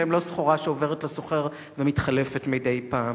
והם לא סחורה שעוברת לסוחר ומתחלפת מדי פעם.